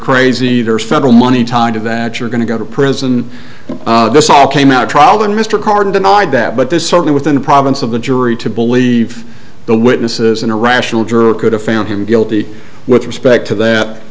crazy there's federal money time to that you're going to go to prison but this all came out of trial when mr carter denied that but there's certainly within the province of the jury to believe the witnesses in a rational juror could have found him guilty with respect to that